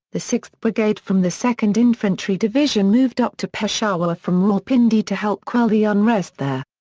the sixth brigade from the second infantry division moved up to peshawar from rawalpindi to help quell the unrest there.